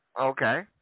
Okay